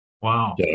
wow